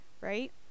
right